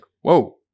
whoa